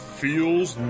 feels